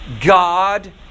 God